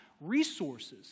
resources